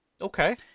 Okay